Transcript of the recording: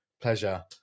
pleasure